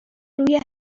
روی